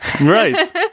Right